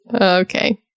Okay